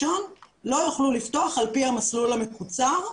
לא יוכלו לפתוח על פי המסלול המקוצר.